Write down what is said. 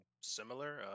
Similar